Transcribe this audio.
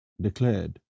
declared